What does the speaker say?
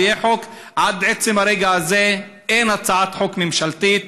עד עצם הרגע הזה אין הצעת חוק ממשלתית.